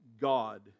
God